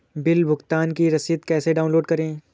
Bill भुगतान की रसीद कैसे डाउनलोड करें?